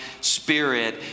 spirit